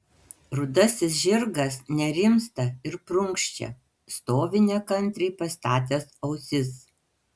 rudasis žirgas nerimsta ir prunkščia stovi nekantriai pastatęs ausis